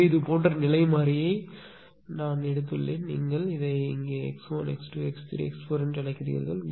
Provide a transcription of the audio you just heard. எனவே இது போன்ற நிலை மாறியை நான் எடுத்துள்ளேன் நீங்கள் இங்கே x1 x2 x3 x4 என்று அழைக்கிறீர்கள்